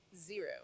zero